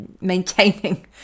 maintaining